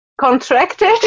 contracted